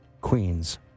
Queens